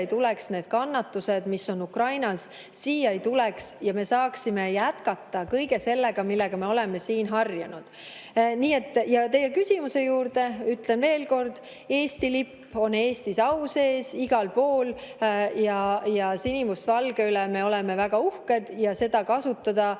siia ei tuleks, et need kannatused, mis on Ukrainas, siia ei tuleks ja me saaksime jätkata kõige sellega, millega me oleme siin harjunud. Ja teie küsimuse peale ütlen veel kord: Eesti lipp on Eestis au sees igal pool. Sinimustvalge üle me oleme väga uhked ja seda kasutada